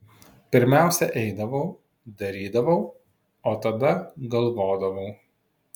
pirmiausia eidavau darydavau o tada galvodavau